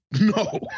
No